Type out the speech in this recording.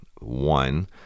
One